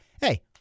hey